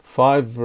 five